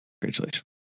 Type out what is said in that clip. Congratulations